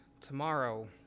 tomorrow